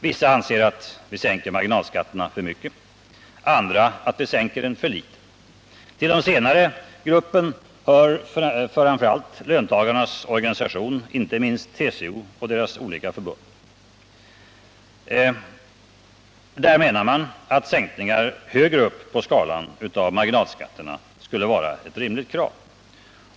Vissa anser att vi sänker marginalskatterna för mycket, andra att vi sänker dem för litet. Till den senare gruppen hör framför allt löntagarnas organisationer, inte minst TCO och dess olika förbund. Där menar man att sänkningar högre upp på skalan av marginalskatterna skulle vara ett rimligt krav.